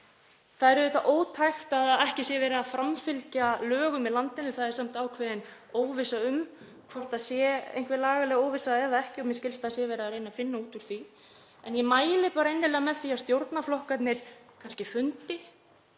Það er auðvitað ótækt að ekki sé verið að framfylgja lögum í landinu. Það er samt ákveðin óvissa um hvort það sé einhver lagaleg óvissa eða ekki og mér skilst að það sé verið að reyna að finna út úr því. En ég mæli bara innilega með því að stjórnarflokkarnir fundi,